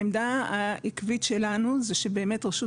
העמדה העקבית שלנו היא שבאמת רשות